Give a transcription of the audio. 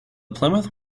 plymouth